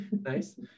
Nice